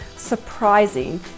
surprising